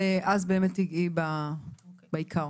ואז תיגעי בעיקר.